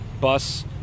bus